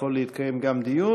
יכול להתקיים גם דיון.